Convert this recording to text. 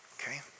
Okay